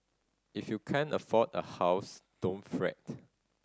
if you can't afford a house don't fret